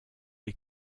est